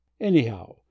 Anyhow